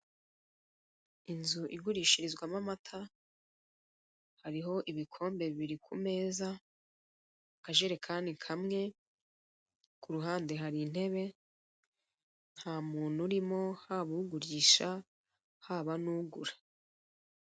Inzu igurishirizwamo amata hariho ibikombe bibiri ku meza, akajerekani kamwe ku ruhande hari intebe, nta muntu urimo haba ugurisha haba n'ugura.